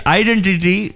identity